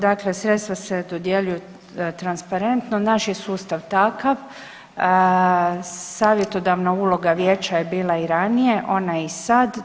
Dakle, sredstva se dodjeljuju transparentno, naš je sustav takav savjetodavna uloga vijeća je bila i ranije, ona je i sad.